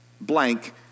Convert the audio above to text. blank